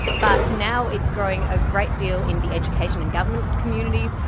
but now it's growing a great deal in the education and government communities,